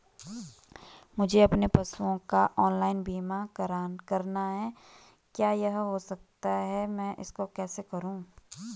मुझे अपने पशुओं का ऑनलाइन बीमा करना है क्या यह हो सकता है मैं इसको कैसे करूँ?